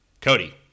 Cody